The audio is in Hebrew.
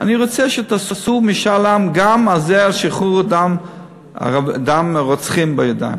אני רוצה שתעשו משאל עם גם על שחרור רוצחים עם דם על הידיים.